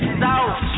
south